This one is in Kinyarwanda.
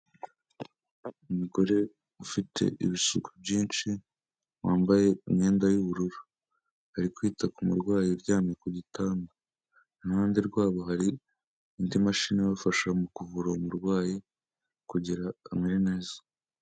Umugore ufite ibisuko byinshi, wambaye imyenda y'ubururu. Ari kwita ku murwayi uryamye ku gitanda. Iruhande rwabo hari indi mashini ibafasha mu kuvura umurwayi kugira amere neza.